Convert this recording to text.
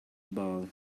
ball